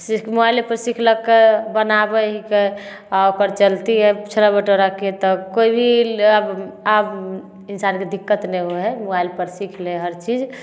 सिर्फ मोबाइले पर सिखलकै बनाबै हिके आ ओकर चलती है छोला भटोराके तब कोइभी आब आब इन्सानके दिक्कत नहि होइ हइ मोबाइल पर सीख लै हइ हर चीज